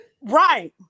Right